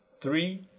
three